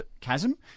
chasm